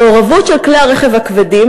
המעורבות של כלי הרכב הכבדים,